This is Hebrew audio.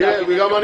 בדיוק.